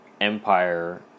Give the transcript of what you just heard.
empire